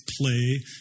play